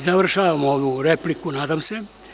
Završavamo ovu repliku nadam se.